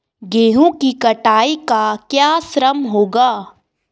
गेहूँ की कटाई का क्या श्रम होगा?